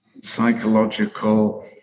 psychological